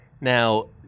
Now